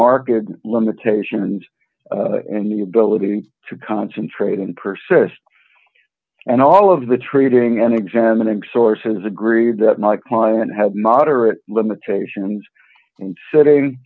market limitations and the ability to concentrate and persist and all of the trading and examining sources agree that my client had moderate limitations and sit